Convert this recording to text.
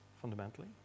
fundamentally